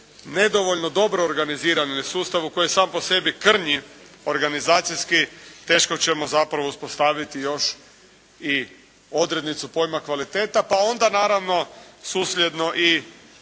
nedovoljno dobro organiziran ili sustavu koji je sam po sebi krnji organizacijski, teško ćemo uspostaviti još i odrednicu pojma kvaliteta, pa onda naravno susljedno i